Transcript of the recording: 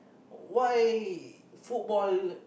why football